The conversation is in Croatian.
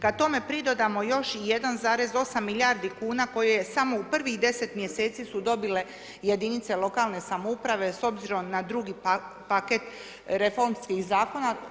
Kada tome pridodamo još i 1,8 milijardi kuna koje je samo u prvih 10 mjeseci su dobile jedinice lokalne samouprave s obzirom na drugi paket reformskih zakona.